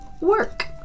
work